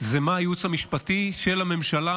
מה הייעוץ המשפטי של הממשלה,